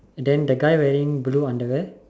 and then the guy wearing blue underwear